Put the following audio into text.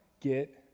get